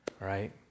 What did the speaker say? right